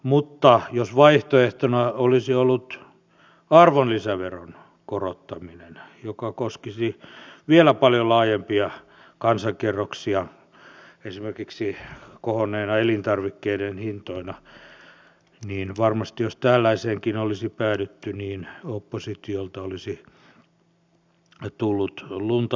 mutta jos vaihtoehtona olisi ollut arvonlisäveron korottaminen joka koskisi vielä paljon laajempia kansankerroksia esimerkiksi kohonneina elintarvikkeiden hintoina niin varmasti jos tällaiseenkin olisi päädytty oppositiolta olisi tullut lunta tupaan